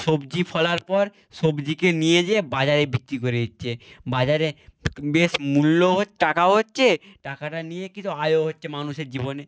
সবজি ফলার পর সবজিকে নিয়ে যেয়ে বাজারে বিক্রি করে দিচ্ছে বাজারে বেশ মূল্য হো টাকা হচ্ছে টাকাটা নিয়ে কিছু আয়ও হচ্ছে মানুষের জীবনে